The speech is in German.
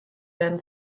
werden